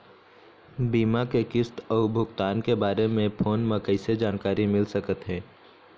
बीमा के किस्त अऊ भुगतान के बारे मे फोन म कइसे जानकारी मिल सकत हे?